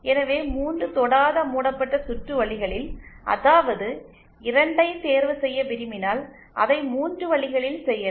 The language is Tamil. எனவே 3 தொடாத மூடப்பட்ட சுற்று வழிகளில் ஏதாவது 2 ஐ தேர்வு செய்ய விரும்பினால் அதை 3 வழிகளில் செய்யலாம்